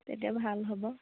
তেতিয়া ভাল হ'ব